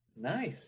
Nice